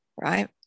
right